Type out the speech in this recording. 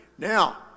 Now